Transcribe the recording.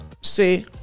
say